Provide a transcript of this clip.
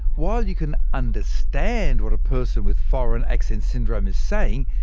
while you can understand what a person with foreign accent syndrome is saying,